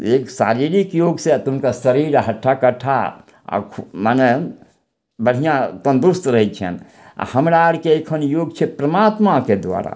एक शारीरिक योगसँ तऽ हुनकर शरीर हट्टा कट्ठा आओर खूब मने बढ़िआँ तन्दुरुस्त रहय छनि आओर हमरा अरके एखन योग छै परमात्माके द्वारा